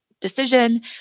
decision